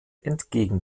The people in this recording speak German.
entgegen